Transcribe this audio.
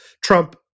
Trump